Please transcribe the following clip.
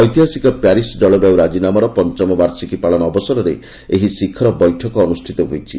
ଐତିହାସିକ ପ୍ୟାରିସ୍ ଜଳବାୟୁ ରାଜିନାମାର ପଞ୍ଚମ ବାର୍ଷିକୀ ପାଳନ ଅବସରରେ ଏହି ଶିଖର ବୈଠକ ଅନୁଷ୍ଠିତ ହୋଇଛି